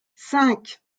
cinq